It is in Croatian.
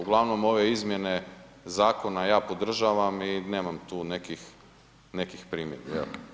Uglavnom ove izmjene zakona ja podržavam i nemam tu nekih primjedbi.